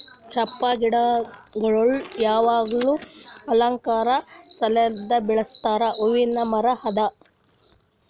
ಚಂಪಾ ಗಿಡಗೊಳ್ ಯಾವಾಗ್ಲೂ ಅಲಂಕಾರ ಸಲೆಂದ್ ಬೆಳಸ್ ಹೂವಿಂದ್ ಮರ ಅದಾ